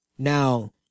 Now